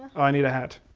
i need a hat,